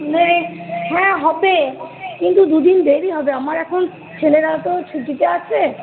না এ হ্যাঁ হবে কিন্তু দুদিন দেরি হবে আমার এখন ছেলেরা তো ছুটিতে আছে